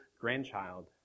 grandchild